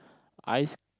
ice